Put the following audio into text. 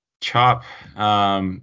Chop